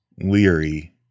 leery